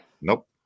Nope